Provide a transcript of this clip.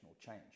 change